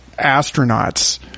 astronauts